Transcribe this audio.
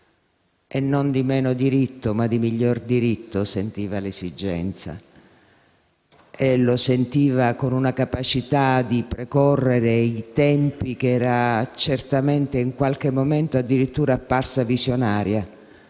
Non di meno diritto, ma di miglior diritto sentiva l'esigenza e la sentiva con una capacità di precorrere i tempi che certamente in qualche momento era addirittura apparsa visionaria.